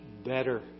better